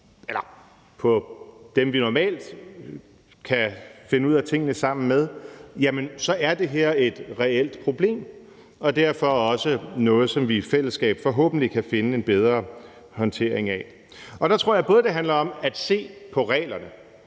det på dem, vi normalt kan finde ud af tingene sammen med, er det her et reelt problem og derfor også noget, som vi i fællesskab forhåbentlig kan finde en bedre håndtering af. Der tror jeg både det handler om at se på reglerne